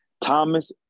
Thomas